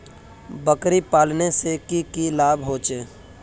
बकरी पालने से की की लाभ होचे?